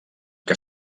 que